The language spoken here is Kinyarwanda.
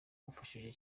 wabafashije